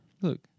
Look